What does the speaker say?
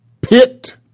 pit